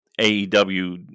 AEW